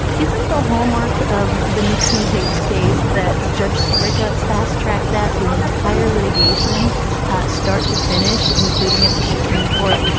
isn't the hallmark of the nixon tapes case that judge sirica fast track that the entire litigation start to finish, including at the supreme court,